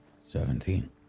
Seventeen